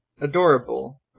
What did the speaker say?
adorable